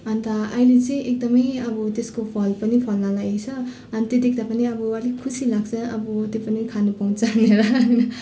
अन्त अहिले चाहिँ एकदमै अब त्यसको फल पनि फल्न लागेछ अनि त्यो देख्दा पनि अलिक खुसी लाग्छ अब त्यो पनि खानु पाउँछ भनेर होइन